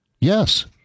Yes